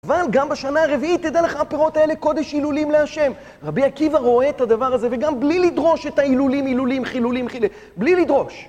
אבל גם בשנה הרביעית תדע לך הפירות האלה קודש הילולים להשם. רבי עקיבא רואה את הדבר הזה וגם בלי לדרוש את ההילולים הילולים חילולים חיל... בלי לדרוש